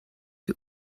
die